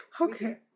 Okay